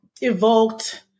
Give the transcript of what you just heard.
evoked